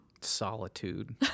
Solitude